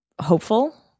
hopeful